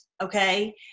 Okay